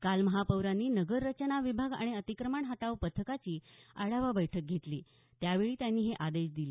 काल महापौरांनी नगररचना विभाग आणि अतिक्रमण हटाव पथकाची आढावा बैठक घेतली त्यावेळी त्यांनी हे आदेश दिले